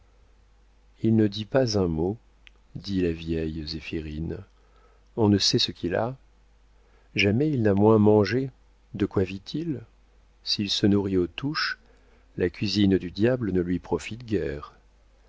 il ne dit pas un mot dit la vieille zéphirine on ne sait ce qu'il a jamais il n'a moins mangé de quoi vit-il s'il se nourrit aux touches la cuisine du diable ne lui profite guère